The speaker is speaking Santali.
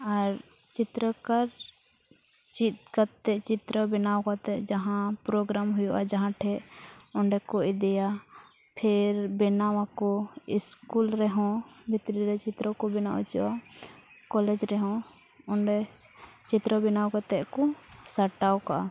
ᱟᱨ ᱪᱤᱛᱛᱨᱚᱠᱟᱨ ᱪᱤᱫ ᱠᱟᱛᱮ ᱪᱤᱛᱛᱨᱚ ᱵᱮᱱᱟᱣ ᱠᱟᱛᱮ ᱡᱟᱦᱟᱸ ᱯᱨᱳᱜᱨᱟᱢ ᱦᱩᱭᱩᱜᱼᱟ ᱡᱟᱦᱟᱸ ᱴᱷᱮᱱ ᱚᱸᱰᱮ ᱠᱚ ᱤᱫᱤᱭᱟ ᱯᱷᱮᱨ ᱵᱮᱱᱟᱣ ᱟᱠᱚ ᱥᱠᱩᱞ ᱨᱮ ᱦᱚᱸ ᱵᱷᱤᱛᱨᱤ ᱪᱤᱛᱛᱨᱚ ᱠᱚ ᱵᱮᱱᱟᱣ ᱦᱚᱪᱚᱣᱟᱜᱼᱟ ᱠᱚᱞᱮᱡᱽ ᱨᱮ ᱦᱚᱸ ᱚᱸᱰᱮ ᱪᱤᱛᱛᱨᱚ ᱵᱮᱱᱟᱣ ᱠᱟᱛᱮ ᱠᱚ ᱥᱟᱴᱟᱣ ᱠᱟᱜᱼᱟ